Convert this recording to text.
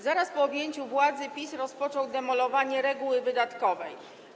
Zaraz po objęciu władzy PiS rozpoczął demolowanie reguły wydatkowej.